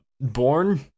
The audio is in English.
born